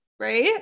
right